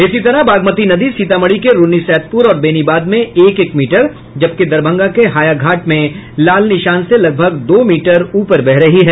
इसी तरह बागमती नदी सीतामढ़ी के रून्नीसैदपुर और बेनीबाद में एक एक मीटर जबकि दरभंगा के हायाघाट में लाल निशान से लगभग दो मीटर ऊपर बह रही है